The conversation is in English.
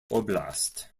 oblast